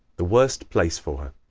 the worst place for her